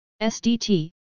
SDT